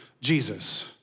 Jesus